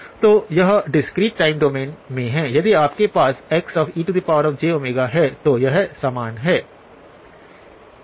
तो यह discrete time domain में है यदि आपके पास Xejω है तो यह समान हैं